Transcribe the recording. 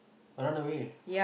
run away